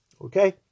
Okay